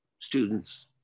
students